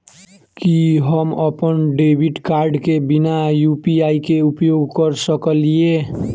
की हम अप्पन debit card केँ बिना यु.पी.आई केँ उपयोग करऽ सकलिये?